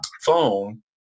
phone